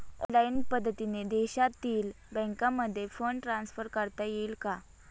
Online पद्धतीने देशातील बँकांमध्ये फंड ट्रान्सफर करता येईल का?